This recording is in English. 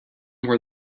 where